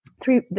three